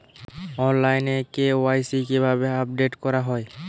অনলাইনে কে.ওয়াই.সি কিভাবে আপডেট করা হয়?